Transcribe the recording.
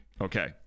okay